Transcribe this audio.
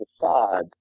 facade